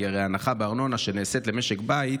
כי הרי הנחה בארנונה שנעשית למשק בית,